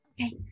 Okay